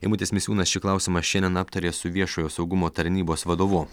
eimutis misiūnas šį klausimą šiandien aptarė su viešojo saugumo tarnybos vadovu